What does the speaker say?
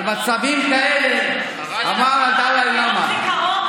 על מצבים כאלה אמר הדלאי לאמה, זה יום זיכרון.